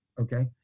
Okay